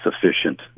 sufficient